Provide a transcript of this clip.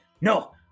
NO